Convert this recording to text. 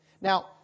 Now